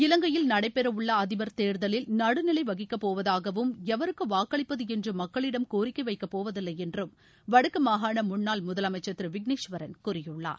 இலங்கையில் நடைபெறவுள்ள அதிபர் தேர்தலில் நடு நிலை வகிக்கப்போவதாகவும் எவருக்கு வாக்களிப்பது என்று மக்களிடம் கோரிக்கை வைக்கப்போவதில்லை என்றும் வடக்கு மாகாண முன்னாள் முதலமைச்சர் திரு விக்னேஷ்வரன் கூறியுள்ளார்